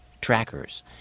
trackers